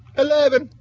eleven,